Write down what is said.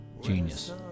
genius